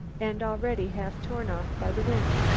and already half torn off by the wind.